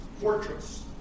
fortress